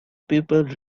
people